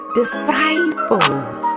disciples